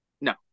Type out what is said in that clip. No